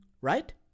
¿Right